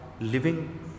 living